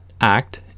act